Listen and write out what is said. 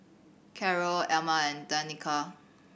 Carroll Elma and Danica